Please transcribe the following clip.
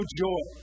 joy